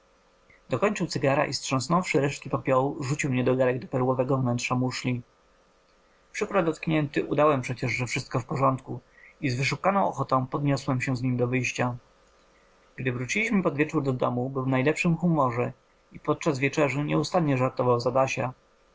dokończył cygara i strząsnąwszy resztki popiołu rzucił niedogarek do perłowego wnętrza muszli przykro dotknięty udałem przecież że wszystko w porządku i z wyszukaną ochotą podniosłem się z nim do wyjścia gdy wróciliśmy pod wieczór do domu był w najlepszym humorze i podczas wieczerzy nieustannie żartował z adasia